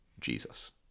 Jesus